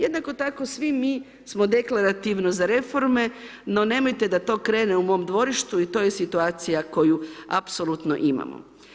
Jednako tako, svi mi smo deklarativno za reforme, no nemojte da to krene u mom dvorištu i to je situacija koju apsolutno imamo.